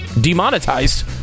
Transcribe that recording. Demonetized